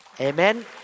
Amen